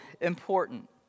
important